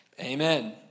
Amen